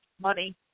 money